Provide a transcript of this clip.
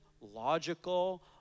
logical